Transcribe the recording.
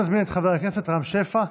אני מזמין את חבר הכנסת רם שפע.